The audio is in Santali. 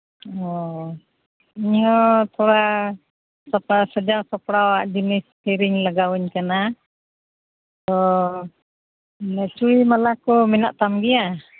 ᱚᱻ ᱱᱤᱭᱟᱹ ᱛᱷᱚᱲᱟ ᱥᱟᱯᱟ ᱥᱟᱡᱟᱣ ᱥᱟᱯᱲᱟᱣᱟᱜ ᱡᱤᱱᱤᱥ ᱠᱤᱨᱤᱧ ᱞᱟᱜᱟᱣᱤᱧ ᱠᱟᱱᱟ ᱛᱚ ᱪᱩᱲᱤ ᱢᱟᱞᱟ ᱠᱚ ᱢᱮᱱᱟᱜ ᱛᱟᱢ ᱜᱮᱭᱟ